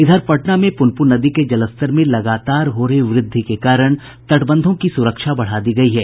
इधर पटना में पुनपुन नदी के जलस्तर में लगातार हो रही वृद्धि के कारण तटबंधों की सुरक्षा बढ़ा दी गयी है